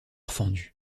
fendu